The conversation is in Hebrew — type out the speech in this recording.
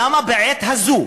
למה בעת הזו,